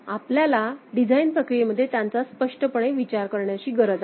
आपल्याला डिझाइन प्रक्रियेमध्ये त्यांचा स्पष्टपणे विचार करण्याची गरज आहे